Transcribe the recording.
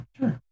Sure